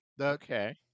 Okay